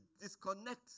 disconnect